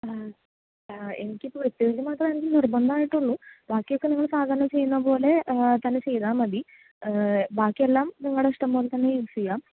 ആ ആ എനിക്കിപ്പോൾ വെട്ടുകല്ല് മാത്രമേ എനിക്ക് നിർബന്ധം ആയിട്ടുള്ളു ബാക്കി ഒക്കെ നിങ്ങൾ സാധാരണ ചെയ്യുന്നപോലെ തന്നെ ചെയ്താൽ മതി ബാക്കി എല്ലാം നിങ്ങളുടെ ഇഷ്ടംപോലെ തന്നെ യുസ് ചെയ്യാം